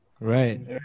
Right